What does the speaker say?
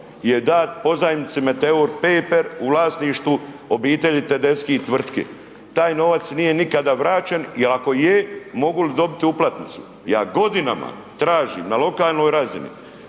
je dat pozajmici Meteor Paper u vlasništvu obitelji Tedeschi tvrtki, taj novac nije nikada vraćen i ako je mogul dobiti uplatnicu. Ja godinama tražim na lokalnoj razini